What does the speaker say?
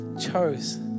chose